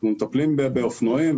אלא גם באופנועים,